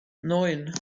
neun